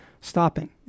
stopping